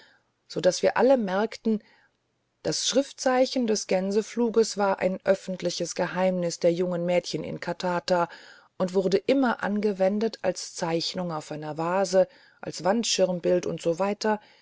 so daß wir alle merkten das schriftzeichen des gänsefluges war ein öffentliches geheimnis der jungen mädchen in katata und wurde immer angewendet als zeichnung auf einer vase als wandschirmbild und so weiter